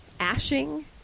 ashing